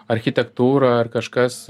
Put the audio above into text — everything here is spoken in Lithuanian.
architektūra ar kažkas